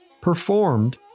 performed